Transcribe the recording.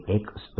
r rr r3dl